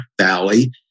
Valley